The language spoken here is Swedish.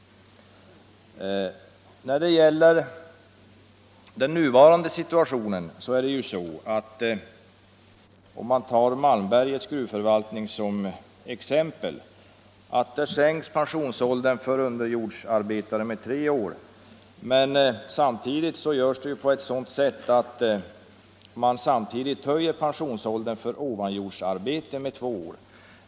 När det gäller den nuvarande situationen —- om vi tar Malmbergets gruvförvaltning som exempel — sänks pensionsåldern för underjordsarbetare med tre år. Men samtidigt görs det på ett sådant sätt att pensionsåldern för ovanjordsarbetare höjs med två år.